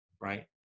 right